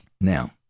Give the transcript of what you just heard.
Now